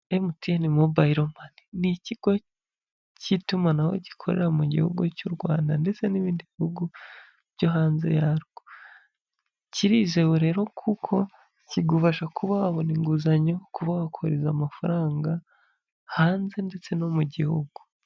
Emutiyeni mobayiro mani ni ikigo cy'itumanaho gikorera mu gihugu cy'u Rwanda, ndetse n'ibindi bihugu byo hanze yarwo, kirizewe rero kuko kigufasha kuba wabona inguzanyo, kuba wakohereza amafaranga hanze, ndetse no mu gihugu.